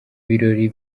birori